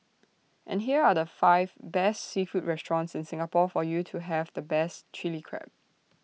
and here are the five best seafood restaurants in Singapore for you to have the best Chilli Crab